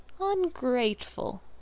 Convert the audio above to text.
ungrateful